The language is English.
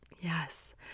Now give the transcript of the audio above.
Yes